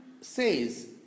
says